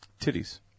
Titties